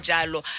Jalo